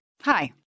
Hi